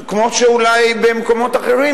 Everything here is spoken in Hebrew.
כמו שאולי במקומות אחרים,